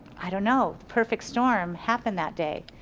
i don't know, perfect storm happened that day.